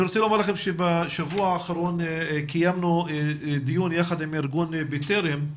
אני רוצה לומר לכם שבשבוע האחרון קיימנו דיון יחד עם ארגון "בטרם"